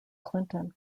clinton